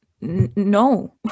no